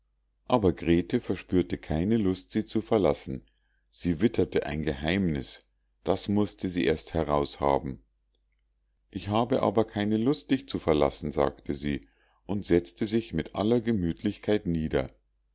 aber grete verspürte keine lust sie zu verlassen sie witterte ein geheimnis das mußte sie erst heraus haben ich habe aber keine lust dich zu verlassen sagte sie und setzte sich mit aller gemütlichkeit nieder